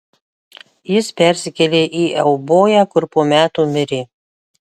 jis persikėlė į euboją kur po metų mirė